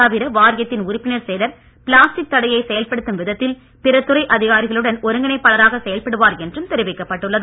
தவிர வாரியத்தின் உறுப்பினர் செயலர் பிளாஸ்டிக் தடையை செயல்படுத்தும் விதத்தில் பிற துறை அதிகாரிகளுடன் ஒருங்கிணைப்பாளராக செயல்படுவார் என்றும் தெரிவிக்கப்பட்டுள்ளது